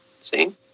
See